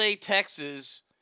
Texas